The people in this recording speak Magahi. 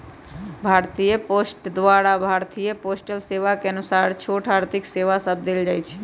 भारतीय पोस्ट द्वारा भारतीय पोस्टल सेवा के अनुसार छोट आर्थिक सेवा सभ देल जाइ छइ